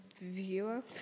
viewer